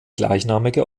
gleichnamige